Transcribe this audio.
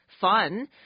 fun